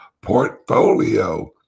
portfolio